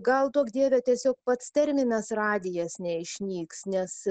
gal duok dieve tiesiog pats terminas radijas neišnyks nes